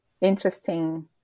interesting